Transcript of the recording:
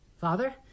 Father